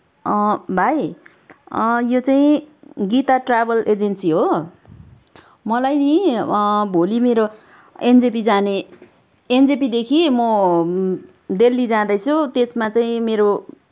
भाइ यो चाहिँ गीता ट्रेभेल एजेन्सी हो मलाई नि भोलि मेरो एनजेपी जाने एनजेपीदेखि म दिल्ली जाँदैछु त्यसमा चाहिँ मेरो